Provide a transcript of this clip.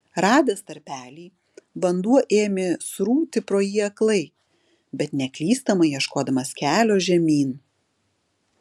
radęs tarpelį vanduo ėmė srūti pro jį aklai bet neklystamai ieškodamas kelio žemyn